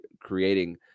creating